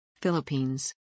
Philippines